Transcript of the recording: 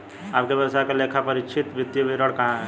आपके व्यवसाय का लेखापरीक्षित वित्तीय विवरण कहाँ है?